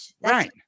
Right